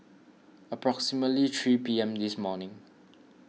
approximately three P M this morning